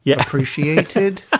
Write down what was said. Appreciated